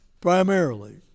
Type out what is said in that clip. primarily